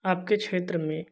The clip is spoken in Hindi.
आपके क्षेत्र में